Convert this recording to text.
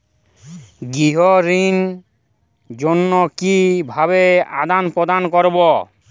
গৃহ ঋণ জন্য কি ভাবে আবেদন করব?